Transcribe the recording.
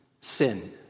sin